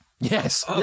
Yes